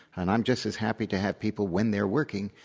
and i'm justas happy to have people, when they're working,